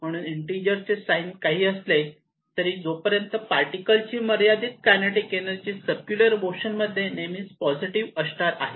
म्हणून इन्टिजरचे साइन काहीही असले तरी जोपर्यंत पार्टिकलची मर्यादित कायनेटिक एनर्जी सर्क्युलर मोशन मध्ये नेहमीच पॉझिटिव असणार आहे